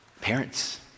Parents